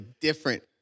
different